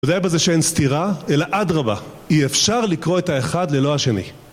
זה היה בזה שאין סתירה אלא אדרבה, אי אפשר לקרוא את האחד ללא השני